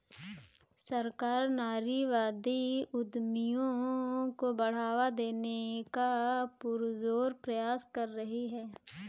सरकार नारीवादी उद्यमियों को बढ़ावा देने का पुरजोर प्रयास कर रही है